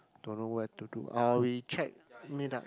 don't know where to do or we chat meet up